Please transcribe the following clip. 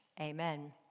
Amen